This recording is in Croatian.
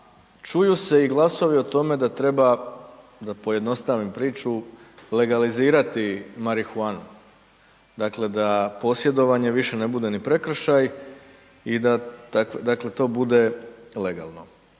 čuju se i glasovi o tome da treba, da pojednostavim priču legalizirati marihuanu. Dakle, da posjedovanje više ne bude ni prekršaj i da dakle to bude legalno.